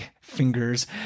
fingers